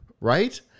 Right